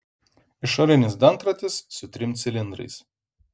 išorinis dantratis su trim cilindrais